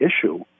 issue